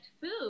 food